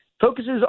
focuses